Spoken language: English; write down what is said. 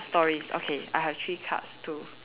orh stories okay I have three cards too